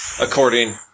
according